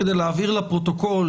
כדי להבהיר לפרוטוקול,